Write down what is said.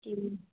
جی